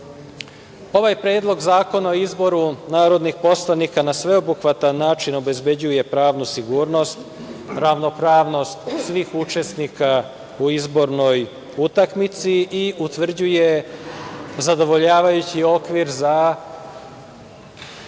Predlog zakona o izboru narodnih poslanika na sveobuhvatan način obezbeđuje pravnu sigurnost, ravnopravnost svih učesnika u izbornoj utakmici i utvrđuje zadovoljavajući okvir za